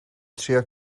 trio